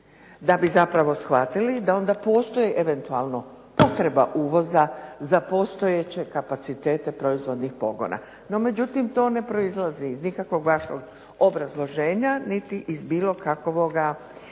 Da bi zapravo shvatili da onda postoji eventualno potreba uvoza za postojeće kapacitete proizvodnih pogona. No međutim, to ne proizlazi iz nikakvog vašeg obrazloženja niti iz bilo kakvoga